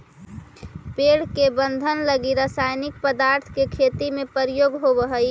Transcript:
पेड़ के वर्धन लगी रसायनिक पदार्थ के खेती में प्रयोग होवऽ हई